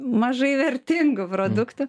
mažai vertingų produktų